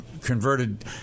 converted